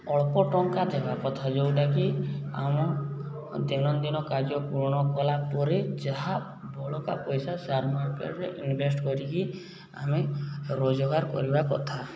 ଅଳ୍ପ ଟଙ୍କା ଦେବା କଥା ଯେଉଁଟାକି ଆମ ଦୈନନ୍ଦିନ କାର୍ଯ୍ୟ ପୂରଣ କଲା ପରେ ଯାହା ବଳକା ପଇସା ସେୟାର ମାର୍କେଟରେ ଇନଭେଷ୍ଟ କରିକି ଆମେ ରୋଜଗାର କରିବା କଥା